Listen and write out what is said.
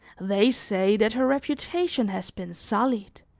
they say that her reputation has been sullied,